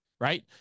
Right